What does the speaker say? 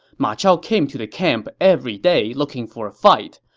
ma chao came to the camp every day looking for a fight,